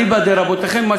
אליבא דרבותיכם,